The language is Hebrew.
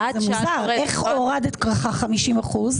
לא הבנתי את התשובה,